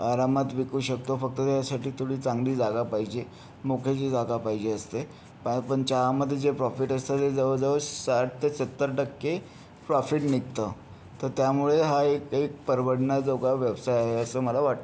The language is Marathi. आरामात विकू शकतो फक्त त्यासाठी तेवढी चांगली जागा पाहिजे मोक्याची जागा पाहिजे असते प पण चहामध्ये जे प्रॉफिट असतं ते जवळजवळ साठ ते सत्तर टक्के प्रॉफिट निघतं तर त्यामुळे हा एक एक परवडण्याजोगा व्यवसाय आहे असं मला वाटतं